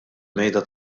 mejda